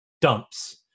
dumps